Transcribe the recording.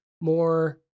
more